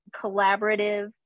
collaborative